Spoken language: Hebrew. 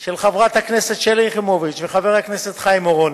של חברת הכנסת שלי יחימוביץ וחבר הכנסת חיים אורון.